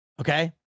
Okay